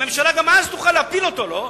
הממשלה גם אז תוכל להפיל אותו, לא?